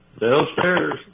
downstairs